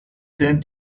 sind